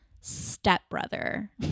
stepbrother